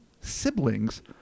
siblings